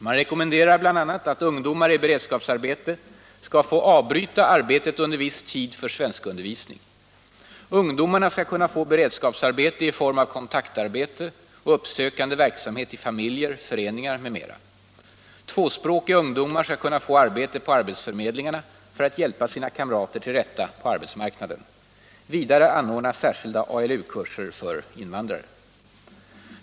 Man rekommenderar bl.a. att ungdomar i beredskapsarbete skall få avbryta arbetet under viss tid för svenskundervisning. Ungdomarna skall kunna få beredskapsarbete i form av kontaktarbete och uppsökande verksamhet i familjer, föreningar m.m. Tvåspråkiga ungdomar skall kunna få arbete på arbetsförmedlingarna för att hjälpa sina kamrater till rätta på arbetsmarknaden. Vidare anordnas särskilda ALU-kurser för invandrare.